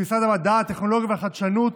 במשרד המדע הטכנולוגיה והחדשנות